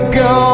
go